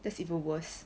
that's even worse